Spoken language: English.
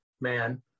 man